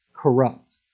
Corrupt